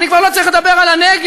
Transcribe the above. אני כבר לא צריך לדבר על הנגב: